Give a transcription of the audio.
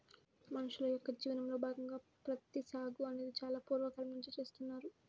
మనుషుల యొక్క జీవనంలో భాగంగా ప్రత్తి సాగు అనేది చాలా పూర్వ కాలం నుంచే చేస్తున్నారు